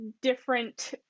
different